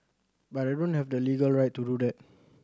but I don't have the legal right to do that